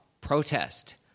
protest